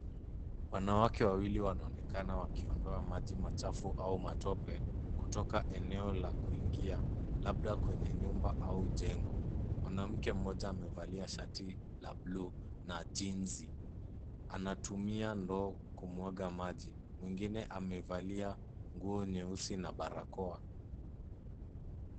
Wanawake wawili wanaonekana wakiondoa maji machafu au matope kutoka eneo la kuingia, labda kwenye nyumba au jengo. Mwanamke mmoja amevalia shati la bluu na jinzi. Anatumia ndoo kumwaga maji. Mwingine amevalia nguo nyeusi na barakoa.